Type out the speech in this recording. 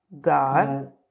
God